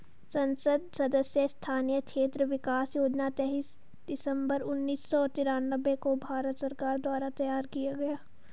संसद सदस्य स्थानीय क्षेत्र विकास योजना तेईस दिसंबर उन्नीस सौ तिरान्बे को भारत सरकार द्वारा तैयार किया गया